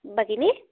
भगिनि